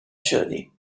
journey